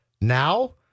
Now